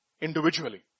Individually